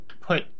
put